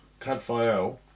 Cadfael